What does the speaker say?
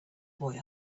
boy